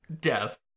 death